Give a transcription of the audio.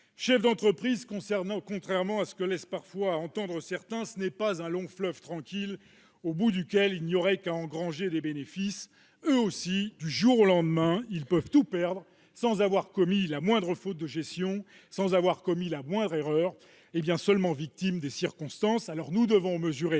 chefs d'entreprise, contrairement à ce que laissent parfois entendre certains, n'est pas un long fleuve tranquille, au bout duquel il n'y aurait qu'à engranger des bénéfices. Eux aussi, du jour au lendemain, ils peuvent tout perdre sans avoir commis la moindre faute de gestion ou la moindre erreur, uniquement victimes des circonstances. Nous devons mesurer